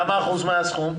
כמה אחוז מהסכום?